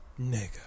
nigga